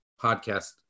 podcast